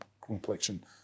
complexion